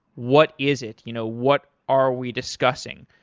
what is it? you know what are we discussing?